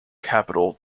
capital